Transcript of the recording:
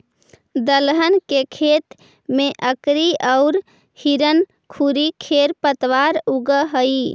दलहन के खेत में अकरी औउर हिरणखूरी खेर पतवार उगऽ हई